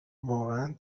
واقعن